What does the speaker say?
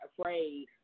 afraid